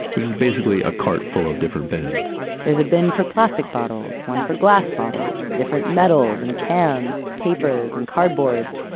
which is basically a cart full of different bins there's a bin for plastic bottles, one for glass bottles, different metals and cans, papers and cardboards,